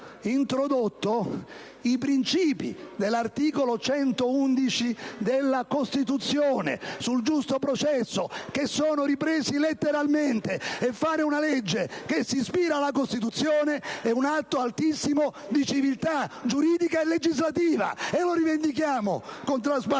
i principi dell'articolo 111 della Costituzione sul giusto processo, che sono ripresi letteralmente, e fare una legge che si ispira alla Costituzione è un atto altissimo di civiltà giuridica e legislativa, lo rivendichiamo con trasparenza.